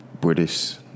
British